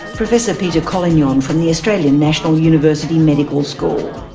professor peter collignon from the australian national university medical school.